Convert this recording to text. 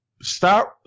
start